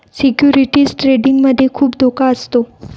securities trading मध्ये खुप धोका असतो